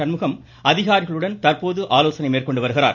சண்முகம் அதிகாரிகளுடன் தற்போது ஆலோசனை மேற்கொண்டு வருகிறார்